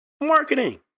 Marketing